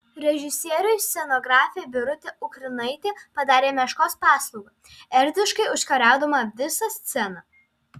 režisieriui scenografė birutė ukrinaitė padarė meškos paslaugą erdviškai užkariaudama visą sceną